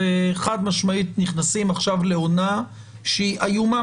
חד משמעית נכנסים עכשיו לעונה שהיא איומה